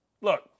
look